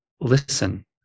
listen